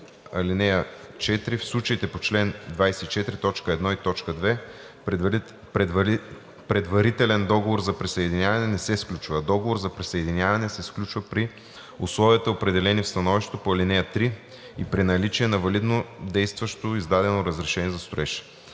„(4) В случаите по чл. 24, т. 1 и т. 2 предварителен договор за присъединяване не се сключва, а договор за присъединяване се сключва при условията, определени в становището по ал. 3, и при наличие на валидно действащо издадено разрешение за строеж.“;